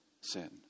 sin